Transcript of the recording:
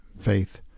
faith